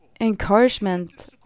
encouragement